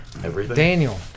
Daniel